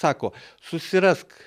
sako susirask